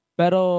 pero